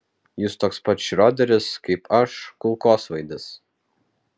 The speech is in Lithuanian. jūs toks pat šrioderis kaip aš kulkosvaidis